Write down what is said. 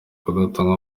kudatanga